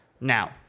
now